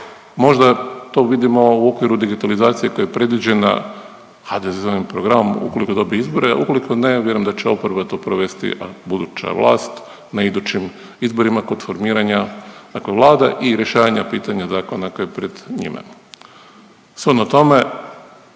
Možda to vidimo u okviru digitalizacije koja je predviđena HDZ-ovim programom ukoliko dobije izbore, a ukoliko ne ja vjerujem da će oporba to provesti buduća vlast na idućim izborima kod formiranja dakle vlada i rješavanja pitanja zakona koji je pred njima. Shodno tome,